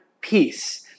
peace